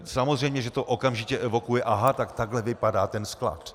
Samozřejmě že to okamžitě evokuje toto: aha, tak takhle vypadá sklad.